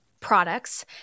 products